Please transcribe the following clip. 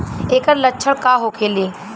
ऐकर लक्षण का होखेला?